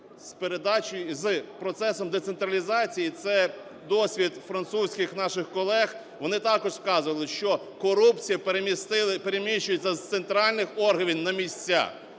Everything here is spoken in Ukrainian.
З процесом децентралізації - це досвід французьких наших колег, вони також вказували, - що корупція переміщується з центральних органів на місця.